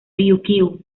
ryukyu